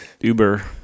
Uber